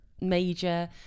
major